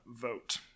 vote